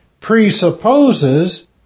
presupposes